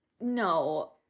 no